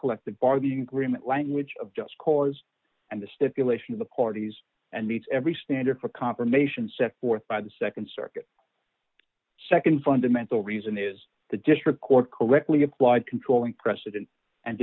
collective bargaining agreement language of just cause and the stipulation of the parties and meets every standard for confirmation set forth by the nd circuit nd fundamental reason is the district court correctly applied controlling precedent and